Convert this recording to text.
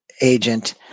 agent